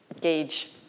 gauge